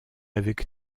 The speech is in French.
avec